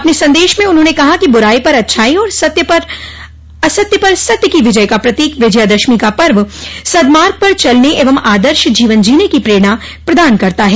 अपने सन्देश में उन्होंने कहा कि बुराई पर अच्छाई और असत्य पर सत्य की विजय का प्रतीक विजयादशमी का पर्व सद्मार्ग पर चलने एवं आदर्श जीवन जीने की प्रेरणा प्रदान करता है